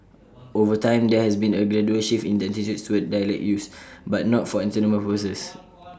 over time there has been A gradual shift in attitudes towards dialect use but not for entertainment purposes